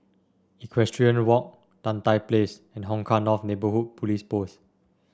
Equestrian Walk Tan Tye Place and Hong Kah North Neighbourhood Police Post